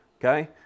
Okay